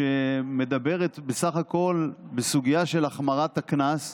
שמדברת בסך הכול על הסוגיה של החמרת הקנס.